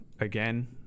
Again